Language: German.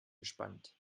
gespannt